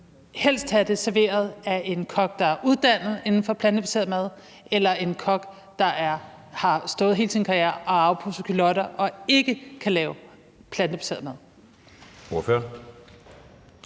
helst have det serveret af en kok, der er uddannet inden for plantebaseret mad, eller en kok, der har stået hele sin karriere og afpudset culotter og ikke kan lave plantebaseret mad?